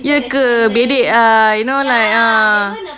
yes ke bedek ah you know like ah